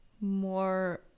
more